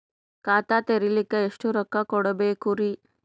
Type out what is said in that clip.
ಖಾತಾ ತೆರಿಲಿಕ ಎಷ್ಟು ರೊಕ್ಕಕೊಡ್ಬೇಕುರೀ?